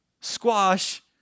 squash